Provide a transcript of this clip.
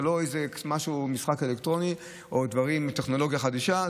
זה לא איזה משחק אלקטרוני או טכנולוגיה חדישה,